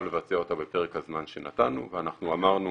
לבצע אותה בפרק הזמן שנתנו ואנחנו אמרנו